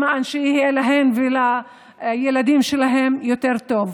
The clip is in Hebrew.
כדי שיהיה להן ולילדים שלהן יותר טוב.